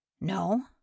No